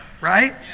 Right